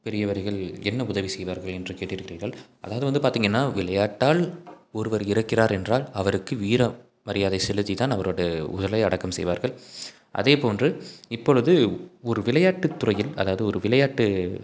பெரியவர்கள் என்ன உதவி செய்வார்கள் என்று கேட்டுருக்கீர்கள் அதாவது வந்து பார்த்திங்கன்னா விளையாட்டால் ஒருவர் இறக்கிறார் என்றால் அவருக்கு வீர மரியாதை செலுத்தி தான் அவரோட உடலை அடக்கம் செய்வார்கள் அதே போன்று இப்பொழுது ஒரு விளையாட்டுத் துறையில் அதாவது ஒரு விளையாட்டு